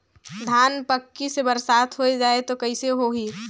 धान पक्की से बरसात हो जाय तो कइसे हो ही?